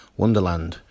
wonderland